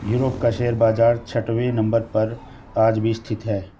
Europe का share बाजार छठवें नम्बर पर आज भी स्थित है